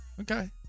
Okay